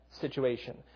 situation